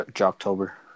October